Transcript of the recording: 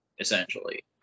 essentially